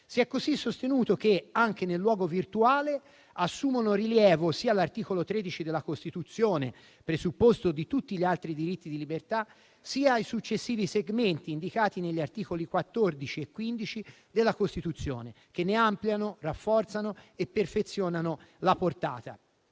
Si è così sostenuto che anche nel luogo virtuale assumono rilievo sia l'articolo 13 della Costituzione, presupposto di tutti gli altri diritti di libertà, sia i successivi segmenti indicati negli articoli 14 e 15 della Costituzione, che ne ampliano, rafforzano e perfezionano la portata.